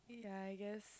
ya I guess